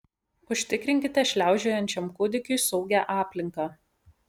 užtikrinkite šliaužiojančiam kūdikiui saugią aplinką